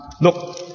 Look